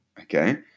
Okay